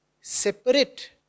separate